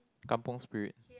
kampung Spirit